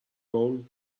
roll